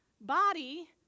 body